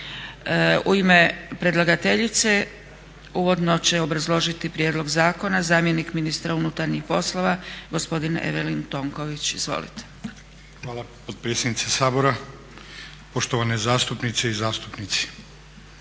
U ime predlagateljice uvodno će obrazložiti prijedlog zakona zamjenik ministra unutarnjih poslova gospodin Evelin Tonković. Izvolite. **Tonković, Evelin** Hvala potpredsjednice Sabora. Poštovane zastupnice i zastupnici.